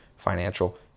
financial